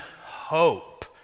hope